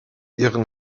ihren